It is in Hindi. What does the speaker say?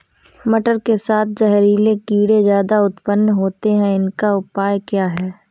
मटर के साथ जहरीले कीड़े ज्यादा उत्पन्न होते हैं इनका उपाय क्या है?